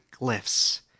glyphs